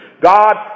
God